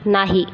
नाही